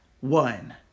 one